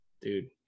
Dude